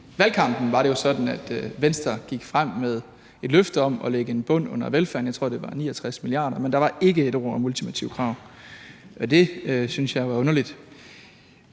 i valgkampen var det jo sådan, at Venstre gik frem med et løfte om at lægge en bund under velfærden – jeg tror, det var 69 mia. kr. – men der var ikke et ord om ultimative krav, og det synes jeg jo er underligt.